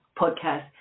podcast